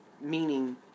meaning